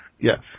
Yes